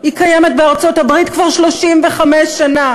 היא קיימת בארצות-הברית כבר 35 שנה.